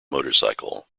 motorcycle